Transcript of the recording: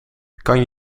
kan